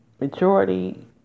majority